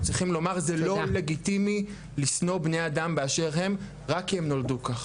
זה לא לגיטימי לשנוא בני אדם באשר הם רק כי הם נולדו כך.